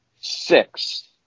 six